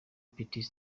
petit